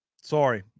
Sorry